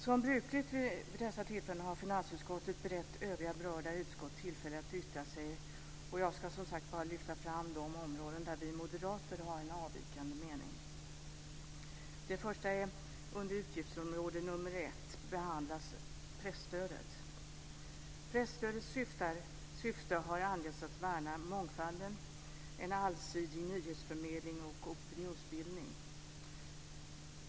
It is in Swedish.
Som brukligt vid dessa tillfällen har finansutskottet berett övriga berörda utskott tillfälle att yttra sig, och jag ska som sagt bara lyfta fram de områden där vi moderater har en avvikande mening. I det första, under utgiftsområde nr 1, behandlas presstödet. Presstödets syfte har angetts vara att värna mångfalden, en allsidig nyhetsförmedling och opinionsbildning.